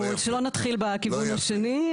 אנחנו לא נתחיל בכיוון השני,